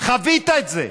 חווית את זה.